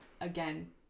again